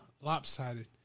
lopsided